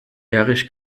erich